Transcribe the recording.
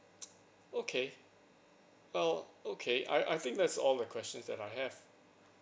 okay !wow! okay I I think that's all the questions that I have